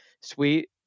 Sweet